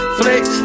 flex